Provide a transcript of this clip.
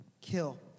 kill